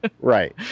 Right